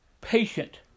patient